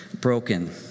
broken